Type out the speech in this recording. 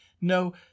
No